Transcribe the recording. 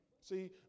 See